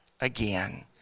again